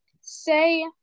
say